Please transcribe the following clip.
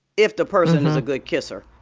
if the person is a good kisser